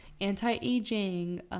anti-aging